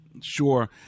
Sure